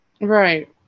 Right